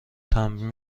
تمبر